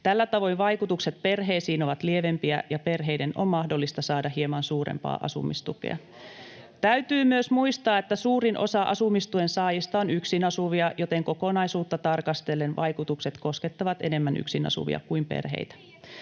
Tällä tavoin vaikutukset perheisiin ovat lievempiä ja perheiden on mahdollista saada hieman suurempaa asumistukea. Täytyy myös muistaa, että suurin osa asumistuen saajista on yksin asuvia, joten kokonaisuutta tarkastellen vaikutukset koskettavat enemmän yksin asuvia kuin perheitä.